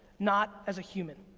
not as a human.